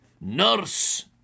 Nurse